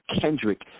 Kendrick